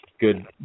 good